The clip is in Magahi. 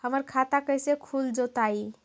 हमर खाता कैसे खुल जोताई?